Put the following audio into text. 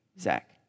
Zach